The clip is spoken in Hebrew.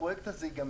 הפרויקט הזה ייגמר.